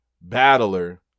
battler